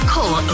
Call